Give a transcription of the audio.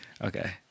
Okay